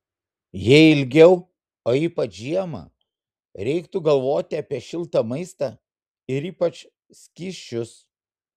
jei ilgiau o ypač žiemą reiktų galvoti apie šiltą maistą ir ypač skysčius